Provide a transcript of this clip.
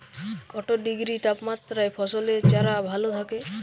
কত ডিগ্রি তাপমাত্রায় ফসলের চারা ভালো থাকে?